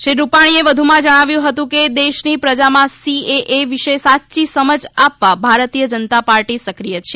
શ્રી રૂપાણીએ વધુમાં જણાવ્યું હતું કે દેશની પ્રજામાં સીએએ વિશે સાચી સમજ આપવા ભારતીય જનતા પાર્ટી સક્રિય છે